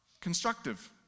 constructive